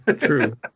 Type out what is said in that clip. True